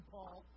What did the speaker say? Paul